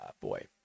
boy